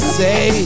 say